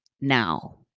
now